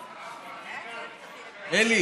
אלי,